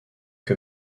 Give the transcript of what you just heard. que